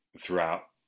throughout